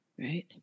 Right